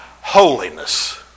Holiness